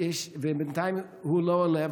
בינתיים הוא לא עולה.